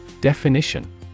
Definition